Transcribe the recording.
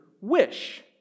wish